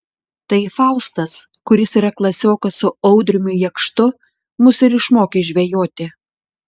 tai faustas kuris yra klasiokas su audriumi jakštu mus ir išmokė žvejoti